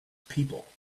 people